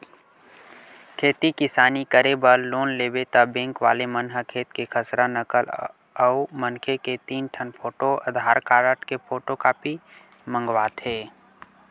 खेती किसानी करे बर लोन लेबे त बेंक वाले मन ह खेत के खसरा, नकल अउ मनखे के तीन ठन फोटू, आधार कारड के फोटूकापी मंगवाथे